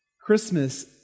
Christmas